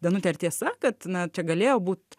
danute ar tiesa kad na čia galėjo būt